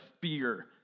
fear